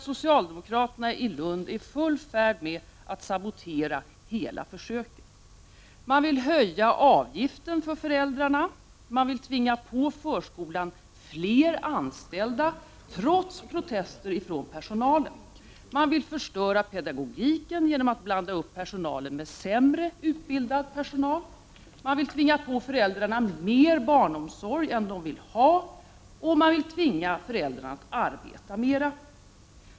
Socialdemokraterna i Lund är i full färd med att sabotera hela försöket. Man vill höja avgiften för föräldrarna, man vill tvinga på förskolan fler anställda, trots protester från personalen, man vill förstöra pedagogiken genom att blanda upp personalen med sämre utbildad personal, man vill tvinga på föräldrarna mer barnomsorg än de vill ha och man vill tvinga föräldrarna att arbeta mera.